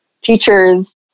teachers